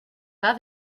pas